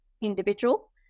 individual